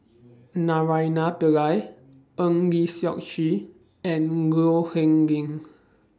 Naraina Pillai Eng Lee Seok Chee and Low Yen Ling